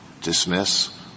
dismiss